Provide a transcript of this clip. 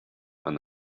and